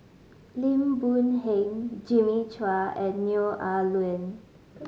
Lim Boon Heng Jimmy Chua and Neo Ah Luan